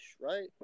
right